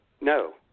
No